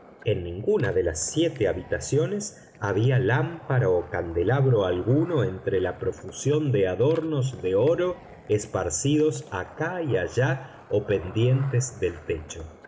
en ninguna de las siete habitaciones había lámpara o candelabro alguno entre la profusión de adornos de oro esparcidos acá y allá o pendientes del techo